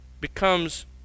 becomes